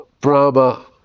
Brahma